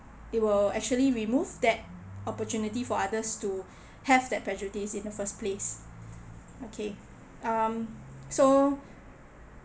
it will actually remove that opportunity for others to have that prejudice in the first place okay um so